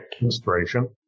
inspiration